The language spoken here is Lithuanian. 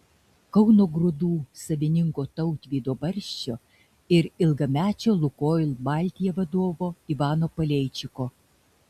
kauno grūdų savininko tautvydo barščio ir ilgamečio lukoil baltija vadovo ivano paleičiko